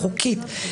שהם חשובים כשלעצמם,